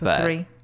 three